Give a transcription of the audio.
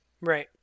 Right